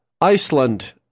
Iceland